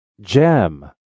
Gem